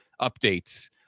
updates